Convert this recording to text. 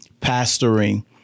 pastoring